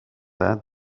that